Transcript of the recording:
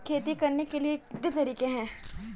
खेती करने के कितने तरीके हैं?